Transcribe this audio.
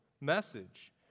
message